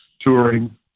touring